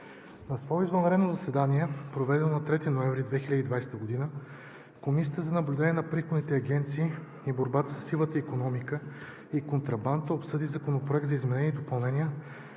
На свое извънредно заседание, проведено на 3 ноември 2020 г. Комисията за наблюдение на приходните агенции и борба със сивата икономика и контрабандата обсъди Законопроект за изменение и допълнение